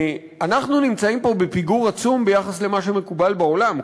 אנחנו נמצאים פה בפיגור עצום ביחס למה שמקובל בעולם,